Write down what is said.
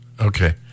Okay